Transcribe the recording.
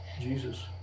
Jesus